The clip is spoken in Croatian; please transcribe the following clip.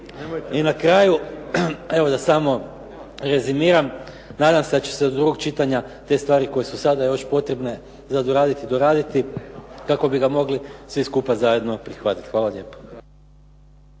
I na kraju evo da samo rezimiram. Nadam se da će se do drugog čitanja te stvari koje su sada još potrebne za doraditi, kako bi ga mogli svi skupa zajedno prihvatiti. Hvala lijepa.